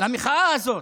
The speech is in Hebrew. על המחאה הזאת.